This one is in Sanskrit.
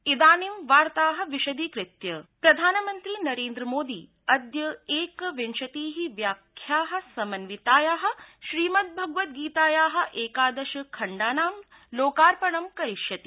इदानीं वार्ता विशदीकृत्य मोदी गीता प्रधानमंत्री नोन्द्रमोदी अद्य एकविंशति व्याख्या समन्विताया श्रीमन्द्रगवत् गीताया एकादश खण्डानां लोकार्पणं करिष्यति